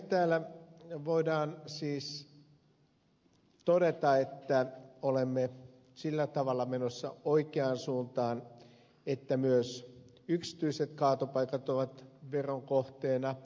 täällä voidaan siis todeta että olemme sillä tavalla menossa oikeaan suuntaan että myös yksityiset kaatopaikat ovat veron kohteena